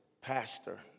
pastor